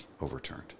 overturned